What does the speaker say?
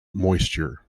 moisture